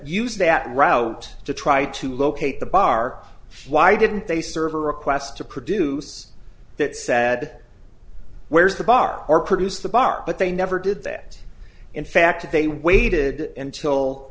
use that route to try to locate the bar why didn't they serve a request to produce that said where's the bar or produce the bar but they never did that in fact they waited until